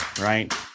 right